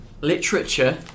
literature